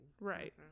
Right